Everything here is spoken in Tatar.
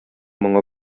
моңы